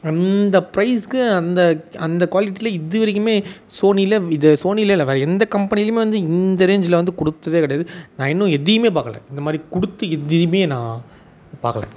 அந்த ப்ரைஸ்க்கு அந்த அந்த குவாலிட்டியில் இது வரைக்கும் சோனியில் இது சோனியில் இல்லை வேறே எந்த கம்பெனிலேயுமே வந்து இந்த ரேஞ்சியில் வந்து கொடுத்ததே கிடையாது நான் இன்னும் எதையும் பார்க்கல இந்த மாதிரி கொடுத்து எதுலையும் நான் பார்க்கல